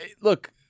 look